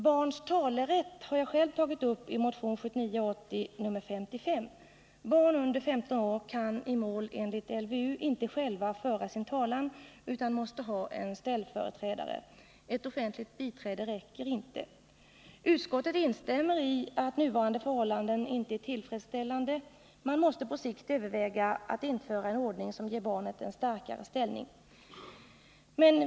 Barns talerätt har jag själv tagit upp i motion 1979/80:55. Barn under 15 år kan i mål enligt LVU inte själva föra sin talan, utan måste ha en ställföreträdare. Ett offentligt biträde räcker inte. Utskottet instämmer i att nuvarande förhållande inte är tillfredsst ällande. Man måste på sikt överväga att införa en ordning som ger barnet en starkare ställning.